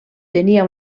tenia